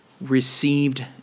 received